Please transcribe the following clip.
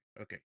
Okay